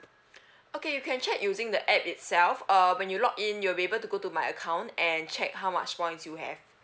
okay you can check using the app itself uh when you log in you'll be able to go to my account and check how much points you have